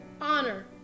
honor